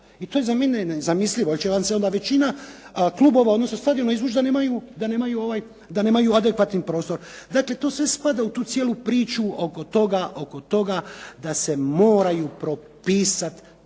I to je za mene nezamislivo jer će vam se onda većina klubova odnosno stadiona izvući da nemaju adekvatni prostor. Dakle, to sve spada u tu cijelu priču oko toga da se moraju propisati